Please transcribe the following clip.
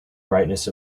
brightness